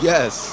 Yes